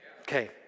Okay